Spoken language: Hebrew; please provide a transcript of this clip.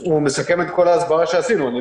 מסכם את כל ההסברה שעשינו.